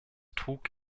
trug